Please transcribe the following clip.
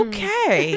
Okay